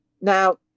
Now